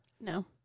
No